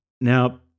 Now